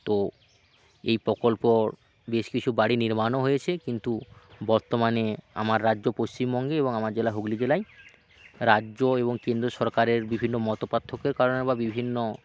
তো এই প্রকল্পর বেশ কিছু বাড়ি নির্মাণও হয়েছে কিন্তু বর্তমানে আমার রাজ্য পশ্চিমবঙ্গে জেলা হুগলি জেলায় রাজ্য এবং কেন্দ্র সরকারের বিভিন্ন মত পার্থক্যের কারণে বা বিভিন্ন